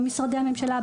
במשרדי הממשלה,